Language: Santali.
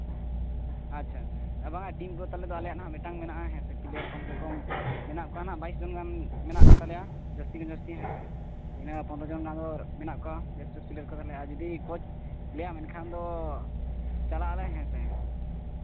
ᱟᱪᱪᱷᱟ ᱟᱪᱪᱷᱟ ᱵᱟᱝᱟ ᱴᱤᱢ ᱠᱚ ᱛᱟᱞᱮ ᱫᱚ ᱟᱞᱮᱭᱟᱜ ᱱᱟᱦᱟᱸᱜ ᱢᱤᱫᱴᱟᱝ ᱢᱮᱱᱟᱜᱼᱟ ᱦᱮᱸ ᱥᱮ ᱯᱞᱮᱭᱟᱨ ᱠᱚᱢ ᱥᱮ ᱠᱚᱢ ᱢᱮᱱᱟᱜ ᱠᱚᱣᱟ ᱦᱟᱸᱜ ᱵᱟᱭᱤᱥ ᱡᱚᱱ ᱜᱟᱱ ᱢᱮᱱᱟᱜ ᱠᱚᱛᱟᱞᱮᱭᱟ ᱡᱟᱹᱥᱛᱤ ᱠᱷᱟᱱ ᱡᱟᱹᱥᱛᱤ ᱦᱮᱸ ᱥᱮ ᱛᱤᱱᱟᱹᱜ ᱯᱚᱱᱨᱚ ᱡᱚᱱ ᱜᱟᱱ ᱫᱚ ᱢᱮᱱᱟᱜ ᱠᱚᱣᱟ ᱵᱮᱥ ᱵᱮᱥ ᱟᱨ ᱠᱳᱪ ᱞᱮᱭᱟᱢ ᱮᱱᱠᱷᱟᱱ ᱫᱚ ᱪᱟᱞᱟᱜ ᱟᱞᱮ ᱦᱮᱸ ᱥᱮ